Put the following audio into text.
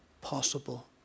possible